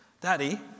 Daddy